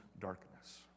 darkness